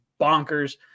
bonkers